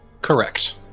Correct